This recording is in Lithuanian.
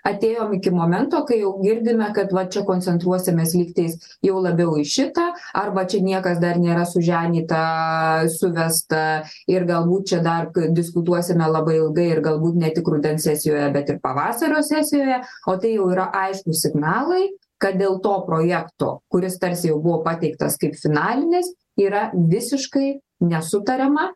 atėjom iki momento kai jau girdime kad va čia koncentruosimės lyg tais jau labiau į šitą arba čia niekas dar nėra suženyta suvesta ir galbūt čia dar diskutuosime labai ilgai ir galbūt ne tik rudens sesijoje bet ir pavasario sesijoje o tai jau yra aiškūs signalai kad dėl to projekto kuris tarsi jau buvo pateiktas kaip finalinis yra visiškai nesutariama